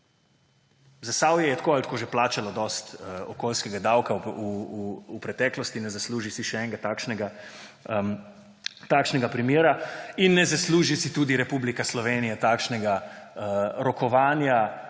Zasavje je tako ali tako že plačalo dosti okoljskega davka v preteklosti, ne zasluži si še enega takšnega primera in tudi Republika Slovenija si ne zasluži takšnega rokovanja